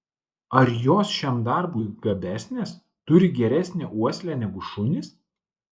ar jos šiam darbui gabesnės turi geresnę uoslę negu šunys